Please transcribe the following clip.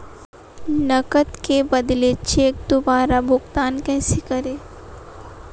नकद के बदले चेक द्वारा भुगतान कैसे करें?